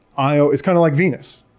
io is kind of like venus.